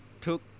took